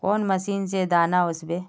कौन मशीन से दाना ओसबे?